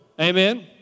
Amen